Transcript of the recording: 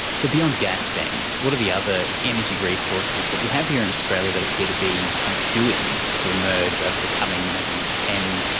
so beyond gas then, what are the other energy resources that we have here in australia that appear to be kind of shoo-ins to emerge over the coming maybe ten,